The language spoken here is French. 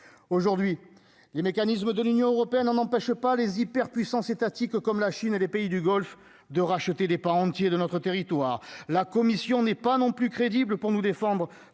aujourd'hui, les mécanismes de l'Union européenne en n'empêche pas les hyperpuissance étatiques, comme la Chine et les pays du Golfe de racheter des pans entiers de notre territoire, la commission n'est pas non plus crédible pour nous défendre